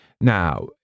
Now